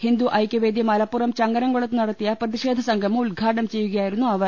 ഹിന്ദു ഐക്യവേദി മലപ്പുറം ചങ്ങരംകുളത്ത് നടത്തിയ പ്രതി ഷേധ സംഗമം ഉദ്ഘാടനം ചെയ്യുകയായിരുന്നു അവർ